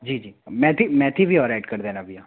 जी जी मेथी मेथी भी और ऐड कर देना भईया